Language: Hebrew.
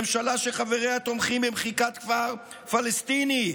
ממשלה שחבריה תומכים במחיקת כפר פלסטיני,